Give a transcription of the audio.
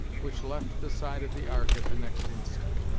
which left the side of the ark at the next instant.